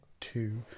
two